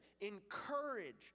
encourage